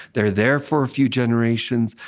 they're there for a few generations,